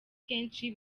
kenshi